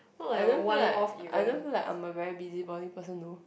I don't feel like I don't feel like I am a very busybody person though